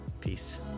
Peace